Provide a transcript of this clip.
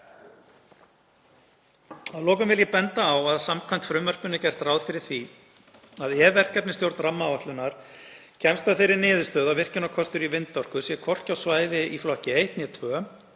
Að lokum vil ég benda á að samkvæmt frumvarpinu er gert ráð fyrir því að ef verkefnisstjórn rammaáætlunar kemst að þeirri niðurstöðu að virkjunarkostur í vindorku sé hvorki á svæði í flokki 1 né 2